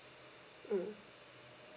mm